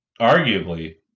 arguably